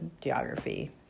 geography